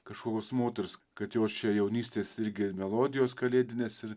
kažkokios moters kad jos čia jaunystės irgi melodijos kalėdinės ir